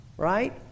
Right